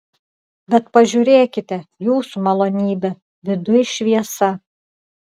bet pažiūrėkite jūsų malonybe viduj šviesa